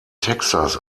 texas